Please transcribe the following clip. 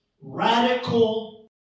radical